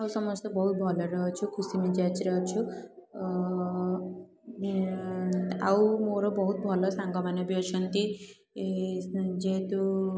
ଆଉ ସମସ୍ତେ ବହୁତ ଭଲରେ ଅଛୁ ଖୁସି ମିଜାଜରେ ଅଛୁ ଆଉ ମୋର ବହୁତ ଭଲ ସାଙ୍ଗମାନେ ବି ଅଛନ୍ତି ଯେହେତୁ